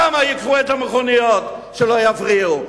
שם ייקחו את המכוניות שלא יפריעו.